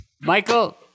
michael